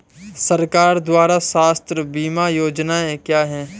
सरकार द्वारा स्वास्थ्य बीमा योजनाएं क्या हैं?